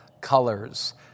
colors